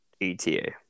ETA